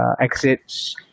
exits